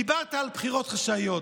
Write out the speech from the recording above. דיברת על בחירות חשאיות.